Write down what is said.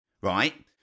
right